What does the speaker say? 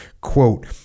Quote